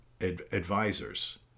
advisors